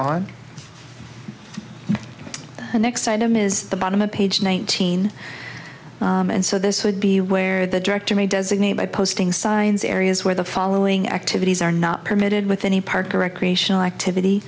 the next item is the bottom of page nineteen and so this would be where the director may designate by posting signs areas where the following activities are not permitted with any park or recreational